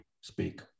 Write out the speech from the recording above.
speak